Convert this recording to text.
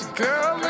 girl